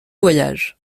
voyages